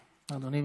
אדוני,